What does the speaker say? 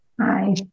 Hi